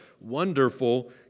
Wonderful